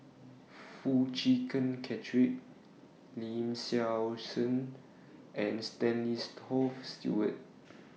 Foo Chee Keng Cedric Lee Seow Ser and Stanley's Toft Stewart